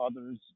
others